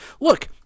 Look